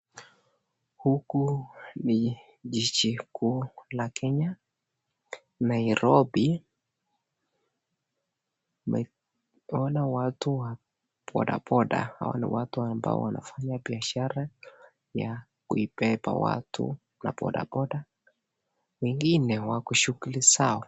Huku ni jiji kuu la Kenya, Nairobi. Naona watu wa bodaboda; hawa ni watu ambao wanafanya biashara ya kuibeba watu na bodaboda. Wengine wako shughuli zao.